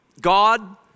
God